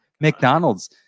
McDonald's